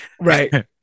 Right